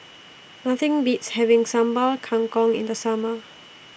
Nothing Beats having Sambal Kangkong in The Summer